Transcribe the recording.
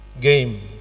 game